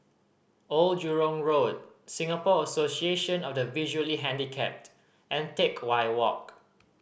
Old Jurong Road Singapore Association of the Visually Handicapped and Teck Whye Walk